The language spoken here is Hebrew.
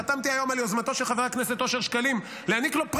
חתמתי היום על יוזמתו של חבר הכנסת אושר שקלים להעניק לו אות הוקרה.